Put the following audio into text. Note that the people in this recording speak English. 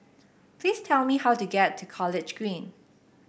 please tell me how to get to College Green